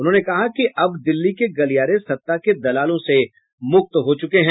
उन्होंने कहा कि अब दिल्ली के गलियारे सत्ता के दलालों से मुक्त हो चुके हैं